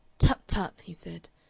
tut, tut! he said.